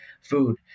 food